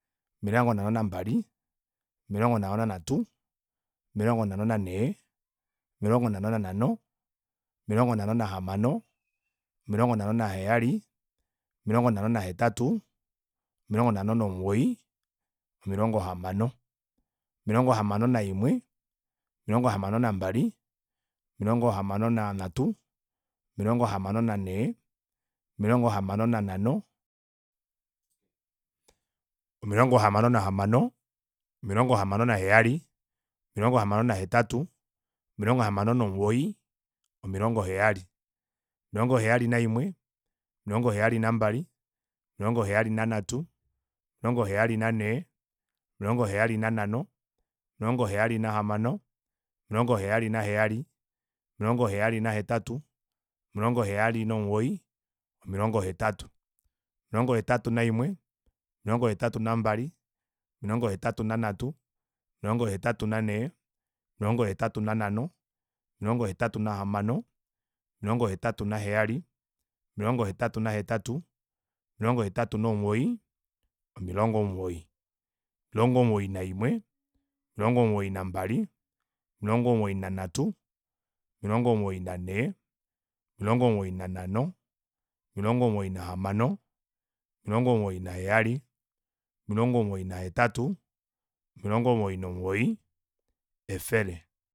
Omilongo nhano mbali omilongo nhano nanhatu omilongo nhano nanhee omilongo nhano nanhano omilongo nhano nahamano omilongo nhano naheyali omilongo nhano nahetatu omilongo nhano nomugoyi omilongo hamano omilongo hamano omilongo hamano naimwe omilongo hamano nambali omilongo hamano nanhatu omilongo hamano nanhee omilongo hamano nanhano omilongo hamano nahamano omilongo hamano naheyali omilongo hamano nahetatu omilongo hamano nomugoyi omilongo heyali omilongo heyali naimwe omilongo heyali nambali omilongo heyali nanhatu omilongo heyali nanhee omilongo heyali nanhano omilongo heyali nahamano omilongo heyali heyali omilongo heyali nahetatu omilongo heyali nomugoyi omilongo hetatu omilongo hetatu naimwe omilongo hetatu nambali omilongo hetatu nanhatu omilongo hetatu nanhee omilongo hetatu nanhano omilongo hetatu nahamano omilongo hetatu heyali omilongo hetatu hetatu omilongo hetatu nomugoyi omilongo omugoyi omilongo omugoyi naimwe omilongo omugoyi nambali omilongo omugoyi nanhatu omilongo mugoyi nanhee omilongo omugoyi nanhano omilongo omugoyi nahamano omilongo omugoyi naheyali omilongo omugoyi nahetatu omilongo omugoyi nomugoyi efele